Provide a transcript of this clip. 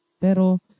pero